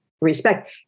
respect